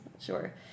Sure